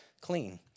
clean